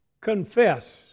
Confess